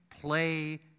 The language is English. play